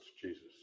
Jesus